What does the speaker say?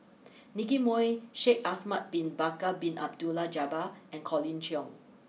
Nicky Moey Shaikh Ahmad Bin Bakar Bin Abdullah Jabbar and Colin Cheong